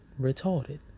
retarded